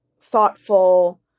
thoughtful